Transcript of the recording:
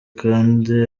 kandi